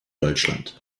deutschland